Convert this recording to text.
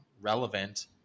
relevant